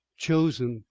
chosen!